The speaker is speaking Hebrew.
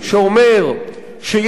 ואני אומר כך: אותו רעיון בסיסי שאומר שיש